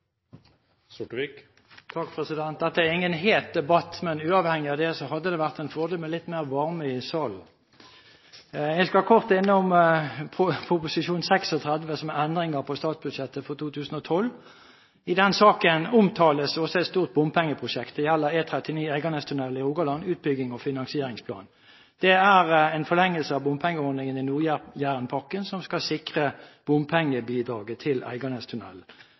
ingen het debatt, men uavhengig av det hadde det vært en fordel med litt mer varme i salen! Jeg skal kort innom Prop. 36 S, som er endringer på statsbudsjettet for 2012. I den saken omtales også et stort bompengeprosjekt. Det gjelder E39 Eiganestunellen i Rogaland, utbyggings- og finansieringsplan. Det er en forlengelse av bompengeordningen i Nord-Jærenpakken, som skal sikre bompengebidraget til